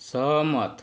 सहमत